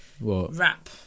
rap